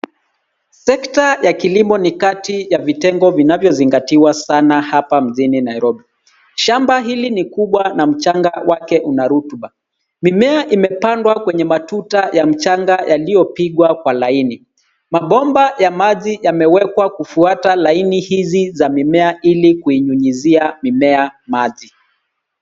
Sekta ya kilimo ni kati ya vitengo vinavyozingatiwa sana hapa mjini Nairobi. Shamba hili ni kubwa na mchanga wake una rutuba. Mimea imepandwa kwenye matuta ya mchanga yaliyopigwa kwa laini. Mabomba ya maji yamewekwa kufuata laini hizi za mimea ili kuinyunyuzia mimea maji.